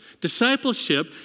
Discipleship